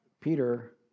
Peter